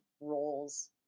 roles